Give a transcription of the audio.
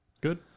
Good